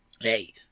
hey